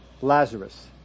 Lazarus